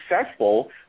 successful